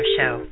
Show